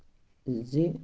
زِ